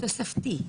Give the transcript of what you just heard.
שזה תוספתי.